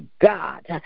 God